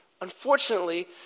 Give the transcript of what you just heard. unfortunately